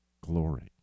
glory